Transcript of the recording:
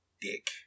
Dick